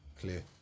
Clear